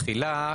תחילה.